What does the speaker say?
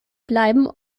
bleiben